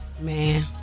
man